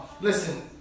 listen